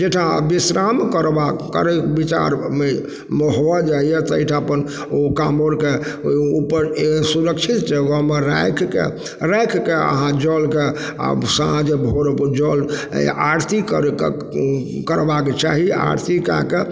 जइ ठाम विश्राम करबाक करयके विचारमे मोन भऽ जाइए तै ठाम अपन ओ काँवरके उपर सुरक्षित जगहमे राखिके राखिके अहाँ जलके आओर साँझ भोर अपन जल आरती कर करबाके चाही आरती कऽके